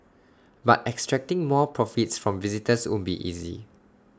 but extracting more profits from visitors won't be easy